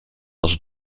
als